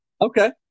Okay